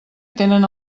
tenen